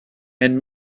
and